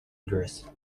uterus